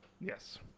Yes